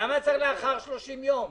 למה צריך לאחר 30 יום?